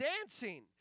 dancing